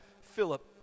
Philip